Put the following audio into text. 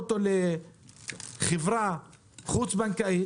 מ-62 ירד ל-56.